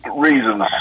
reasons